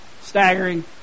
staggering